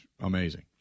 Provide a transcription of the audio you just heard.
amazing